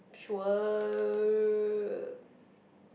sure